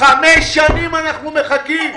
חמש שנים אנחנו מחכים.